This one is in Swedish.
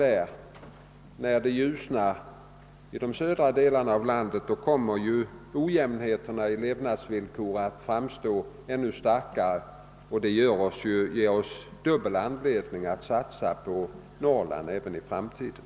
Allteftersom förhållandena ljusnar i de södra delarna av landet kommer ojämnheterna i levnadsvillkoren att framstå ännu tydligare, vilket ger oss dubbel anledning att satsa på Norrland även i framtiden.